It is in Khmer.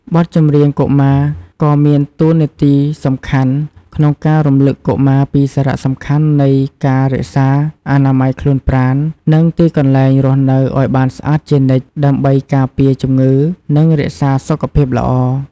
បទចម្រៀងកុមារក៏មានតួនាទីសំខាន់ក្នុងការរំលឹកកុមារពីសារៈសំខាន់នៃការរក្សា អនាម័យខ្លួនប្រាណ និងទីកន្លែងរស់នៅឲ្យបានស្អាតជានិច្ច ដើម្បីការពារជំងឺ និងរក្សាសុខភាពល្អ។